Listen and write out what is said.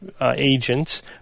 agents